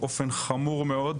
באופן חמור מאוד.